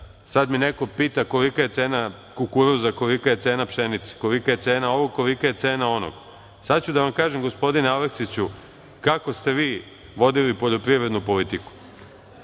sada me neko pita kolika je cena kukuruza, kolika je cena pšenice, kolika je cena ovog, koliko je cena onog. Sada ću da vam kažem, gospodine Aleksiću, kako ste vi vodili poljoprivrednu politiku. Vi